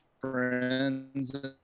friends